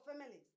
families